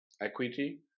equity